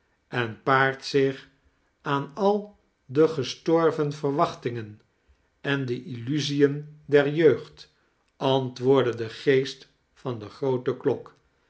en paart zich aan al de gestorven verwachtingen en de illusien der jeugd antwoordde de geest van de groote klok